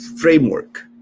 framework